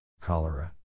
cholera